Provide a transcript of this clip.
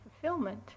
fulfillment